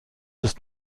ist